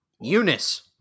Eunice